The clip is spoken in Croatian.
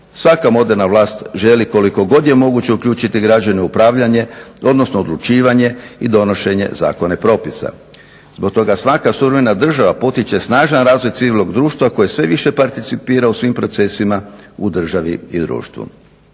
Svaka moderna vlast želi koliko god je moguće uključiti građane u upravljanje odnosno u odlučivanje i donošenje zakona i propisa. Zbog toga svaka suvremena država potiče snažan razvoj civilnog društva koje sve više participira u svim procesima u državi i društvu.